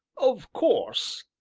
of course,